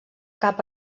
cap